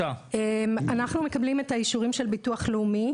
אנחנו מקבלים את האישורים של הביטוח הלאומי.